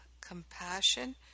compassion